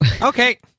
Okay